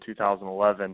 2011